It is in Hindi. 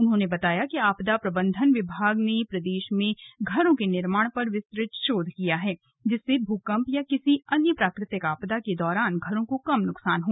उन्होंने बताया कि आपदा प्रबंधन विभाग ने प्रदेश में घरों के निर्माण पर विस्तृत शोध किया है जिससे भूकंप या किसी अन्य प्राकृतिक आपदा के दौरान घरों को कम नुकसान हो